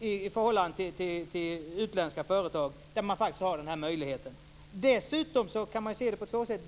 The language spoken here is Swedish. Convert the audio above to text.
i förhållande till utländska företag, där man har den möjligheten. Dessutom kan man se på det på två sätt.